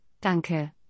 danke